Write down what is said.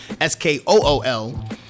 S-K-O-O-L